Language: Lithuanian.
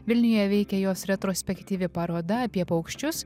vilniuje veikia jos retrospektyvi paroda apie paukščius